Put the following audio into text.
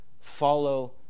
Follow